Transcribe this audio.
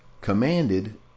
commanded